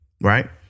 right